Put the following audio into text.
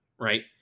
right